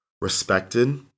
respected